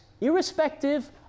irrespective